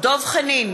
דב חנין,